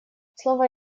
слово